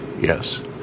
yes